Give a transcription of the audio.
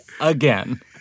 again